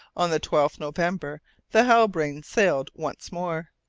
on the twelfth november the halbrane sailed once more,